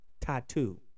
tattoo